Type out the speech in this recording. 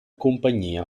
compagnia